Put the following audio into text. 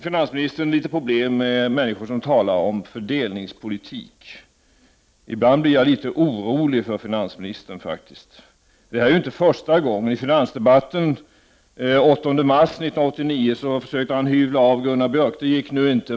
Finansministern har problem med människor som talar om fördelningspolitik — ibland blir jag faktiskt litet orolig för finansministern. Detta är ju inte första gången. Under finansdebatten den 8 mars 1989 försökte han avhyvla Gunnar Björk, men det gick nu inte.